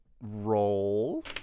roll